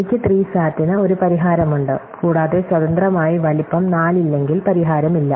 എനിക്ക് 3 സാറ്റിന് ഒരു പരിഹാരമുണ്ട് കൂടാതെ സ്വതന്ത്രമായി വലിപ്പം 4 ഇല്ലെങ്കിൽ പരിഹാരമില്ല